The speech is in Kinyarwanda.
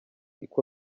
uko